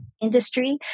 industry